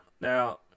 Now